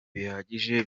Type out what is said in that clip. bihagije